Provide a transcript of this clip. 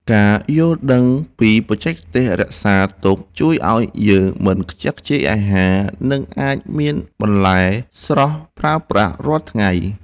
ការយល់ដឹងពីបច្ចេកទេសរក្សាទុកជួយឱ្យយើងមិនខ្ជះខ្ជាយអាហារ និងអាចមានបន្លែស្រស់ប្រើប្រាស់រាល់ថ្ងៃ។